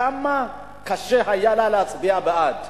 כמה קשה היה לה להצביע בעד.